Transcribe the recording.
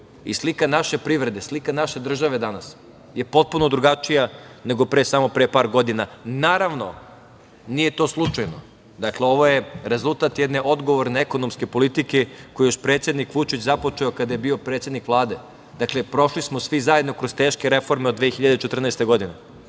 i slika naše privrede, slika naše države danas je potpuno drugačija nego pre samo par godina. Naravno, nije to slučajno. Ovo je rezultat jedne odgovorne ekonomske politike koju je još predsednik Vučić započeo kada je bio predsednik Vlade. Prošli smo svi zajedno kroz teške reforme od 2014. godine.